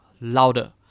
louder